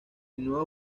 nuevo